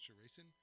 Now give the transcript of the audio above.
racing